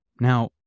Now